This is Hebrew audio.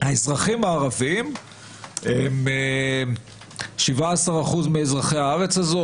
האזרחים הערביים הם 17% מאזרחי הארץ הזו,